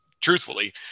Truthfully